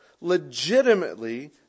legitimately